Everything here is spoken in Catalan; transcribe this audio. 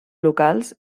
locals